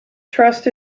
trust